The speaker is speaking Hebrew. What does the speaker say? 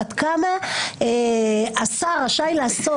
עד כמה השר רשאי לעשות,